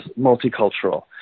multicultural